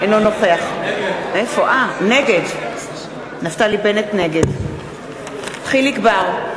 נגד יחיאל חיליק בר,